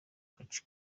kaci